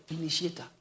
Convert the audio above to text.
initiator